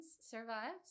survives